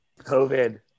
COVID